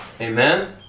Amen